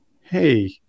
hey